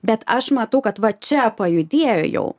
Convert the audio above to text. bet aš matau kad va čia pajudėjo jau